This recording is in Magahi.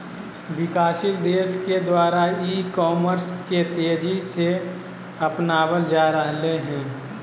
विकासशील देशों के द्वारा ई कॉमर्स के तेज़ी से अपनावल जा रहले हें